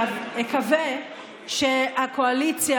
ואקווה שהקואליציה,